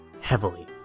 heavily